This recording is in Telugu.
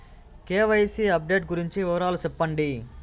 కె.వై.సి అప్డేట్ గురించి వివరాలు సెప్పండి?